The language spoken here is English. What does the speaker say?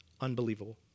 unbelievable